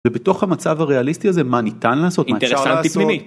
ובתוך המצב הריאליסטי הזה מה ניתן לעשות מה אפשר לעשות. אינטרסנטי פנימי.